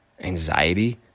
anxiety